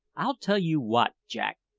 i'll tell you what, jack,